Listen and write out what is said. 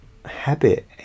habit